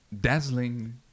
dazzling